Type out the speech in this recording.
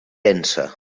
pensa